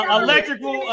electrical